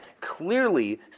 Clearly